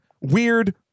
weird